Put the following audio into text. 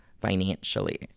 financially